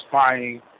spying